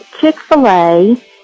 Chick-fil-A